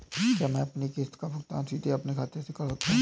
क्या मैं अपनी किश्त का भुगतान सीधे अपने खाते से कर सकता हूँ?